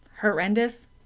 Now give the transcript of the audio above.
Horrendous